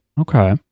Okay